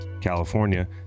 california